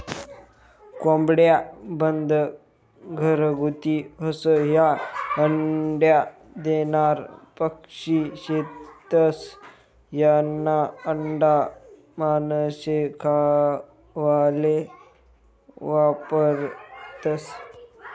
कोंबड्या, बदक, घरगुती हंस, ह्या अंडा देनारा पक्शी शेतस, यास्ना आंडा मानशे खावाले वापरतंस